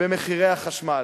במחירי החשמל.